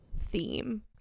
theme